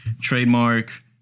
Trademark